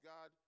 God